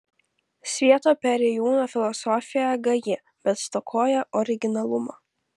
svieto perėjūno filosofija gaji bet stokoja originalumo